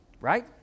right